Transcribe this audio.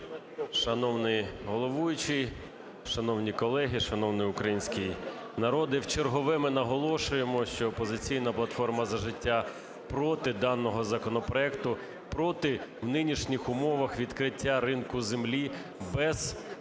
Шановний головуючий, шановні колеги, шановний український народе! Вчергове ми наголошуємо, що "Опозиційна платформа – За життя" проти даного законопроекту. Проти в нинішніх умовах відкриття ринку землі без того,